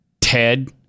Ted